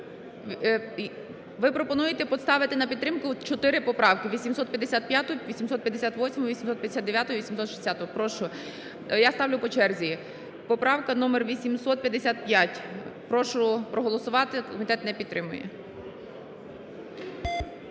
Ви пропонуєте поставити на підтримку чотири поправки: 855-у, 858-у, 859-у, 860-у. Прошу, я ставлю по черзі. Поправка номер 855. Прошу проголосувати. Комітет не підтримує.